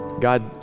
God